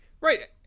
right